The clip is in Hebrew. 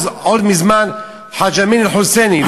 עוד מזמן חאג' אמין אל-חוסייני,